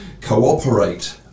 cooperate